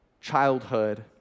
childhood